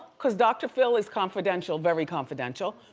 cause dr. phil is confidential, very confidential.